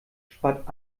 spart